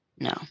No